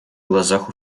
глазах